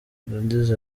yagize